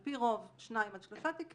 על פי רוב שניים עד שלושה תיקים